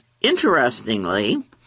Interestingly